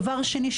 דבר שני,